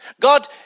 God